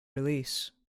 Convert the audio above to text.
release